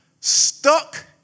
stuck